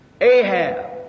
Ahab